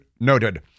noted